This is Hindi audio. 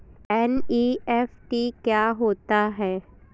एन.ई.एफ.टी क्या होता है?